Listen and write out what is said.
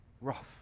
rough